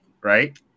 Right